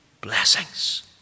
blessings